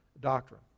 doctrine